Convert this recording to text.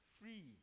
free